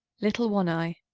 little one-eye,